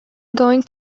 going